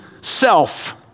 self